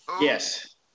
Yes